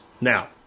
Now